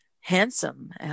handsome